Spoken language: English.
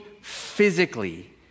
physically